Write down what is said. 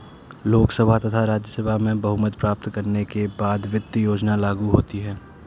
लोकसभा तथा राज्यसभा में बहुमत प्राप्त करने के बाद वित्त योजना लागू होती है